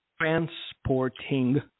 transporting